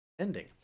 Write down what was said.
ending